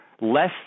less